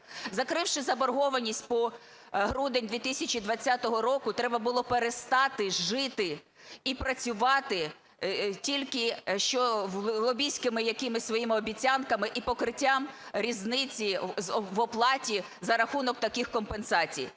Закривши заборгованість по грудень 2020 року, треба було перестати жити і працювати тільки лобістськими якимись своїми обіцянками і покриттям різниці в оплаті за рахунок таких компенсацій.